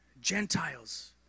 Gentiles